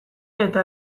eta